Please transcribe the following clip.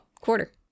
quarter